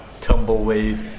Tumbleweed